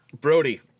Brody